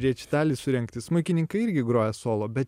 rečitalį surengti smuikininkai irgi groja solo bet